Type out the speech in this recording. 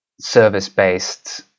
service-based